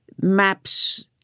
maps